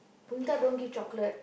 Punitha don't give chocolate